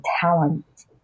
talent